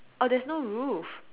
oh there's no roof